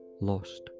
lost